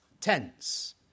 tense